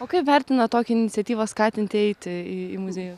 o kaip vertinat tokią iniciatyvą skatinti eiti į į muziejų